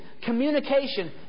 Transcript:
communication